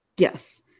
Yes